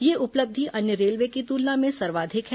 यह उपलब्धि अन्य रेलवे की तुलना में सर्वाधिक है